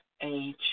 age